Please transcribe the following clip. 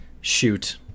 shoot